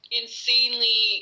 insanely